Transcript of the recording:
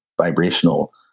vibrational